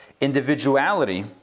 individuality